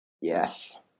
yes